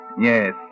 Yes